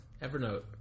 Evernote